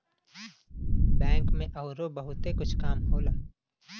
bank में अउरो बहुते कुछ काम होला